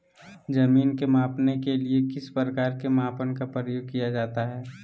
जमीन के मापने के लिए किस प्रकार के मापन का प्रयोग किया जाता है?